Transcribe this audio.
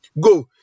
go